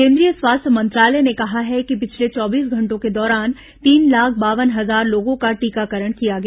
केन्द्रीय स्वास्थ्य मंत्रालय ने कहा है कि पिछले चौबीस घंटों के दौरान तीन लाख बावन हजार लोगों का टीकाकरण किया गया